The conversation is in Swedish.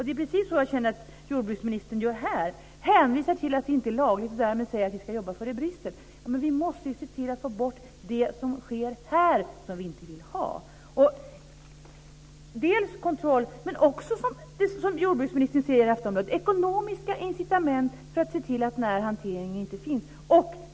Det är precis så jag känner att jordbruksministern gör här. Hon hänvisar till att det inte är lagligt och säger därmed att vi ska jobba för det i Bryssel. Men vi måste ju se till att få bort det som sker här och som vi inte vill ha. Vi måste ha kontroll, men också det som jordbruksministern säger i Aftonbladet, nämligen ekonomiska incitament för att den här hanteringen inte ska finnas.